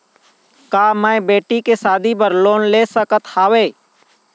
का मैं बेटी के शादी बर लोन ले सकत हावे?